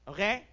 Okay